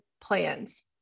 Plans